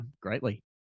greatly